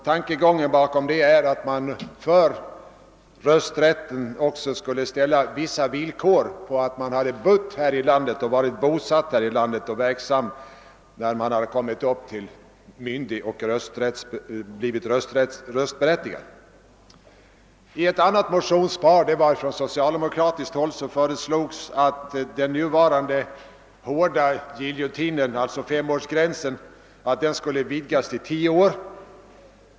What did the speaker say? Tankegången bakom den är att man för rösträtt skulle ställa vissa villkor: att man hade bott här i landet när man kommit upp i myndigålder och blivit röstberättigad. I ett socialdemokratiskt motionspar föreslogs att den nuvarande snäva femårsgränsen, som fungerar som en effektiv giljotin, skulle vidgas till tio år.